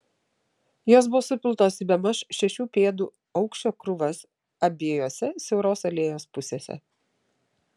jos buvo supiltos į bemaž šešių pėdų aukščio krūvas abiejose siauros alėjos pusėse